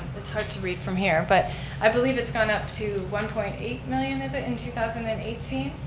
it's hard to read from here but i believe it's gone up to one point eight million, is it, in two thousand and eighteen.